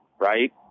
right